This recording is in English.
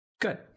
Good